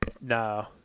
No